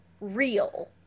real